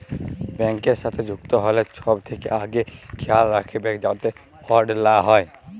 ব্যাংকের সাথে যুক্ত হ্যলে ছব থ্যাকে আগে খেয়াল রাইখবেক যাতে ফরড লা হ্যয়